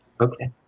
Okay